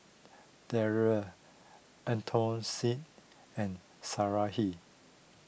Darrell Anastacio and Sarahi